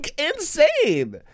insane